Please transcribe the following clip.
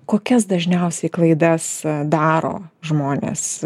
kokias dažniausiai klaidas daro žmonės